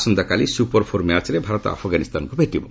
ଆସନ୍ତାକାଲି super four ମ୍ୟାଚ୍ରେ ଭାରତ ଆଫ୍ଗାନିସ୍ତାନକୁ ଭେଟିବ